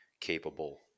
capable